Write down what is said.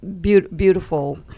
beautiful